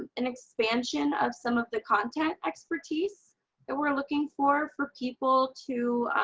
and an expansion of some of the content expertise that we're looking for for people to